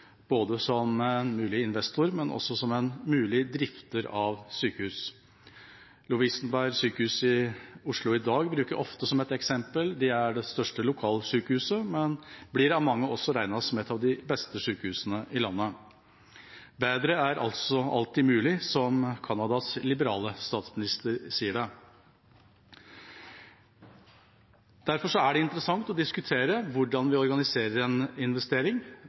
som både en mulig investor og en mulig drifter av sykehus. Lovisenberg Diakonale Sykehus i Oslo bruker jeg ofte som et eksempel. De er det største lokalsykehuset, men blir av mange også regnet som et av de beste sykehusene i landet. Bedre er altså alltid mulig, som Canadas liberale statsminister sier det. Derfor er det interessant å diskutere hvordan vi organiserer en investering,